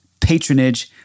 patronage